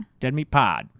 DeadMeatPod